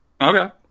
Okay